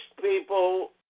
people